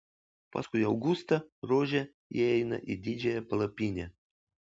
paskui augustą rožė įeina į didžiąją palapinę